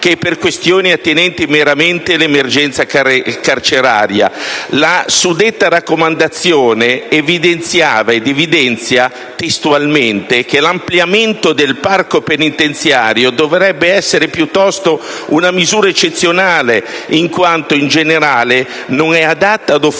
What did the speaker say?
che per questioni attinenti meramente all'emergenza carceraria. La suddetta raccomandazione evidenzia - leggo testualmente - che «l'ampliamento del parco penitenziario dovrebbe essere piuttosto una misura eccezionale in quanto, in generale, non è adatta ad offrire